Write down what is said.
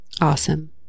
awesome